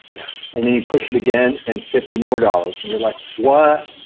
yeah and then you'd push it again and fifty more dollars. and you're like, what?